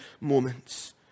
moments